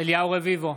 אליהו רביבו,